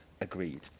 Agreed